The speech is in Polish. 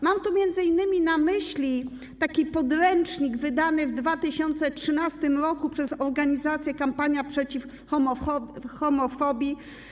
Mam tu m.in. na myśli podręcznik wydany w 2013 r. przez organizację Kampania Przeciw Homofobii.